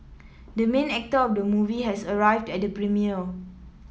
the main actor of the movie has arrived at the premiere